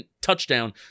touchdown